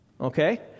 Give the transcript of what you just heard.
okay